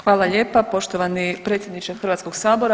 Hvala lijepa poštovani predsjedniče Hrvatskog sabora.